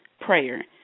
prayer